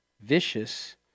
vicious